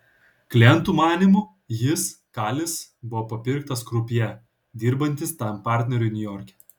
klientų manymu jis kalis buvo papirktas krupjė dirbantis tam partneriui niujorke